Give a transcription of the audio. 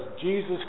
Jesus